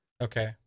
Okay